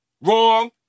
Wrong